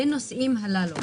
בנושאים הללו.